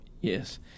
Yes